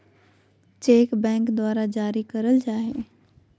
cheque bank द्वारा जारी करल जाय हय